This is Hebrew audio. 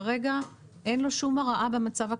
כרגע אין לו שום הרעה במצב הקיים.